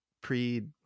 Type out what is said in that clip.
pre